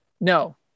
No